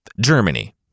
Germany